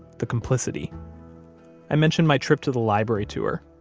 the complicity i mentioned my trip to the library to her,